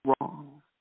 wrong